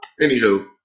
anywho